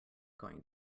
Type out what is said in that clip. going